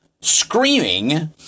screaming